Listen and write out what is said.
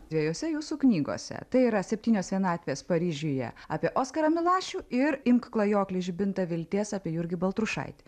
dvejose jūsų knygose tai yra septynios vienatvės paryžiuje apie oskarą milašių ir imk klajokli žibintą vilties apie jurgį baltrušaitį